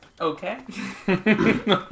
okay